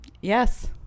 Yes